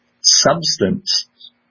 substance